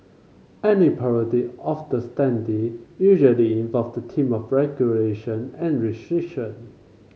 any parody of the standee usually involves theme of regulation and restriction